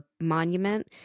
monument